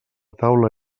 taula